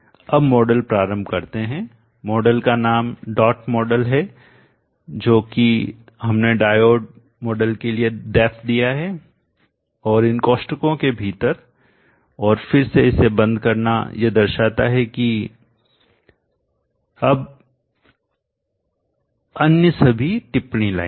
अब मॉडल प्रारंभ करते हैं मॉडल का नाम डॉट मॉडल है जो कि हमने डायोड मॉडल के लिए Def दिया है और यह इन कोष्ठकों के भीतर है और फिर इसे बंद करना यह दर्शाता है कि अब अन्य सभी टिप्पणी लाइन हैं